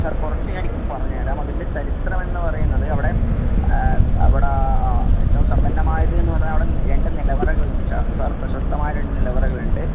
sir കുറച്ച് ഞാൻ ഇപ്പോൾ പറഞ്ഞുതരാം അതിൻ്റെ ചരിത്രം എന്ന് പറയുന്നത് അവിടെ അവിടെ ഏറ്റവും സമ്പന്നമായത് എന്ന് പറഞ്ഞാൽ അവിടെ രണ്ട് നിലവറകൾ ഉണ്ട് സാർ സാർ പ്രശസ്തമായ രണ്ട് നിലവറകൾ ഉണ്ട്